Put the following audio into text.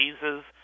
diseases